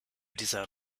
dieser